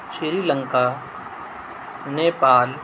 Sri Lanka Nepal